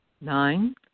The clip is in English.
nine